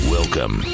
Welcome